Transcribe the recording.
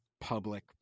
public